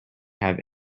have